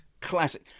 classic